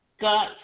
got